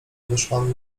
wyszłam